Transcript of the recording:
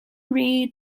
read